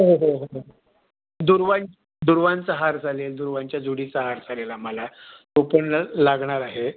हो हो हो हो दुर्वान् दुर्वांचा हार चालेल दुर्वांच्या जुडीचा हार चालेल आम्हाला तो पण लागणार आहे